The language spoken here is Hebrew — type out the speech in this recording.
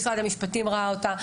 משרד המשפטים ראה אותה,